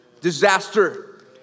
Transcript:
disaster